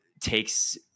takes